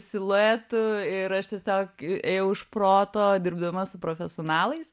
siluetų ir aš tiesiog ėjau iš proto dirbdama su profesionalais